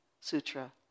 Sutra